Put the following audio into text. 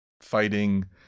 fighting